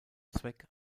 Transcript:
zweck